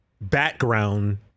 background